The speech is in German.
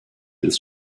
ist